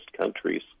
countries